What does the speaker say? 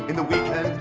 the weekend.